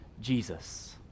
Jesus